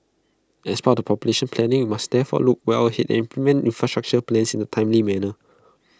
as part population planning we must therefore look well ahead and implement infrastructure plans in A timely manner